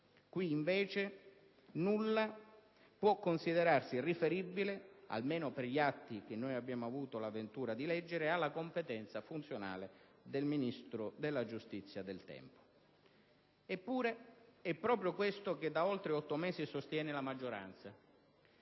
Qui, invece, nulla può considerarsi riferibile (almeno per gli atti che abbiamo avuto la ventura di leggere) alla competenza funzionale del Ministro della giustizia del tempo. Eppure, è proprio questo che da oltre otto mesi sostiene la maggioranza.